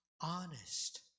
honest